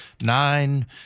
nine